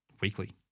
weekly